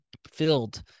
Filled